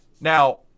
Now